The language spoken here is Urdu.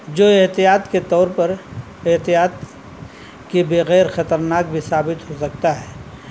جو احتیاط کے طور پر احتیاط کے بغیر خطرناک بھی ثابت ہو سکتا ہے